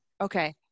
Okay